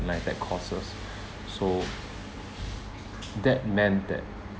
NITEC courses so that meant that